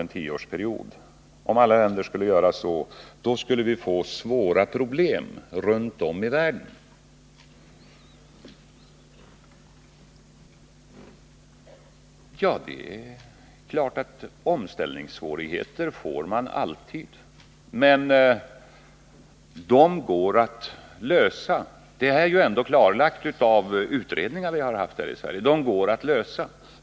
Låt mig säga att det ju för centerns del är fråga om en avveckling av kärnkraften under en tioårsperiod. Ja, det är klart att det alltid uppstår omställningsproblem, men det går att lösa dem. Det har utredningar här i Sverige klarlagt.